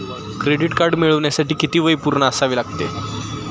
Credit card मिळवण्यासाठी किती वय पूर्ण असावे लागते?